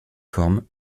formes